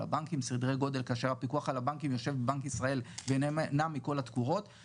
על נותני שירותים פיננסיים מוסדרים.